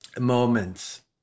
moments